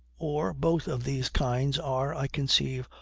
or both of these kinds, are, i conceive,